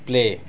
play